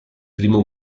primo